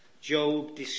Job